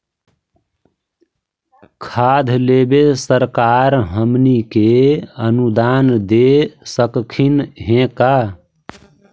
खाद लेबे सरकार हमनी के अनुदान दे सकखिन हे का?